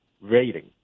rating